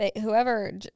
Whoever